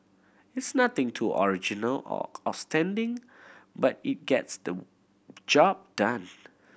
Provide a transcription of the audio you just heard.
it's nothing too original or outstanding but it gets the job done